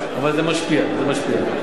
אבל זה משפיע, זה משפיע.